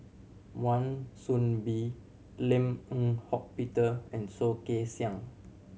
Wan Soon Bee Lim Eng Hock Peter and Soh Kay Siang